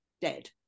dead